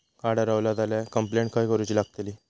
Card हरवला झाल्या complaint खय करूची लागतली?